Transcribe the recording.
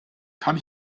kann